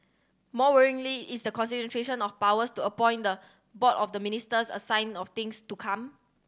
more worryingly is the concentration of powers to appoint the board of the minister a sign of things to come